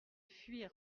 fuir